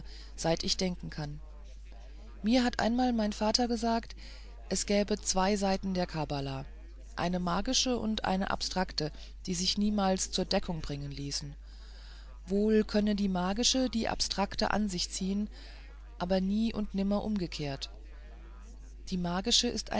seit ich denken kann mir hat einmal mein vater gesagt es gäbe zwei seiten der kabbala eine magische und eine abstrakte die sich niemals zur deckung bringen ließen wohl könne die magische die abstrakte an sich ziehen aber nie und nimmer umgekehrt die magische ist